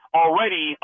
already